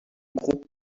groupe